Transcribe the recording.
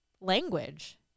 language